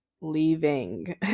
leaving